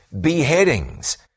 beheadings